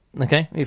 Okay